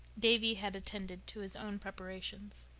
davy had attended to his own preparations.